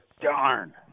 Darn